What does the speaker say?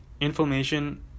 inflammation